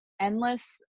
endless